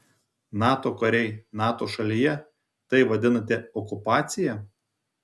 nato kariai nato šalyje tai vadinate okupacija